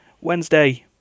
Wednesday